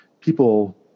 people